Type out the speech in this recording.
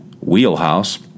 wheelhouse